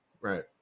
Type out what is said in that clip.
Right